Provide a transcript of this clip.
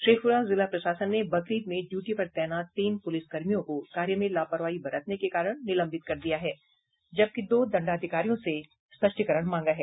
शेखपुरा जिला प्रशासन ने बकरीद में ड्यूटी पर तैनात तीन पुलिस कर्मियों को कार्य में लापरवाही बरतने के कारण निलंबित कर दिया है जबकि दो दंडाधिकारियों से स्पष्टीकरण मांगा है